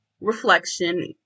reflection